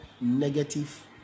negative